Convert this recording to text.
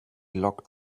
locked